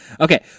Okay